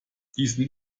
diesen